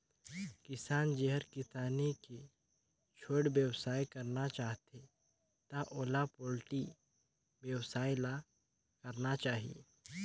किसान जेहर किसानी के छोयड़ बेवसाय करना चाहथे त ओला पोल्टी बेवसाय ल करना चाही